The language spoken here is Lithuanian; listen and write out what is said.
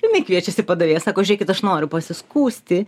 jinai kviečiasi padavėją sako žiūrėkit aš noriu pasiskųsti